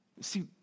See